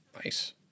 Nice